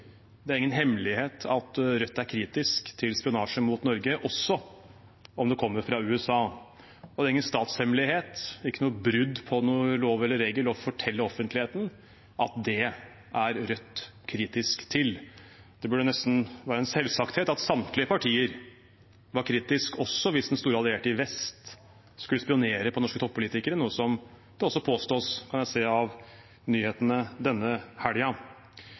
Det er ingen hemmelighet at Rødt er kritisk til spionasje mot Norge, også om det kommer fra USA, og det er ingen statshemmelighet, ikke noe brudd på noen lov eller regel, å fortelle offentligheten at det er Rødt kritisk til. Det burde nesten være en selvfølge at samtlige partier var kritiske også hvis den store allierte i vest skulle spionere på norske toppolitikere – noe som også påstås, ser jeg, i nyhetene denne helga.